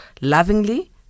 lovingly